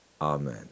Amen